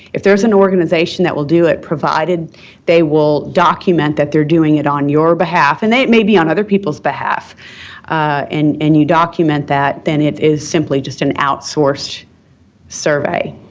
if there's an organization that will do it, provided they will document that they're doing it on your behalf and it may be on other people's behalf and and you document that, then it is simply just an outsourced survey.